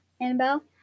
Annabelle